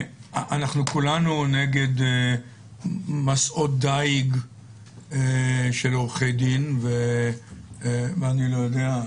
אנחנו כולנו נגד מסעות דיג של עורכי דין ואני לא יודע,